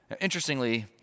Interestingly